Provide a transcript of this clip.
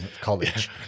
college